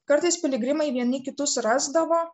kartais piligrimai vieni kitus rasdavo